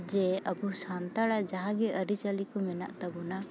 ᱡᱮ ᱟᱵᱚ ᱥᱟᱱᱛᱟᱲᱟᱜ ᱡᱟᱦᱟᱸᱜᱮ ᱟᱨᱤᱪᱟᱞᱤ ᱠᱚ ᱢᱮᱱᱟᱜ ᱛᱟᱵᱚᱱᱟ